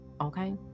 Okay